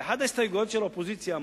ואחת ההסתייגויות של האופוזיציה אמרה: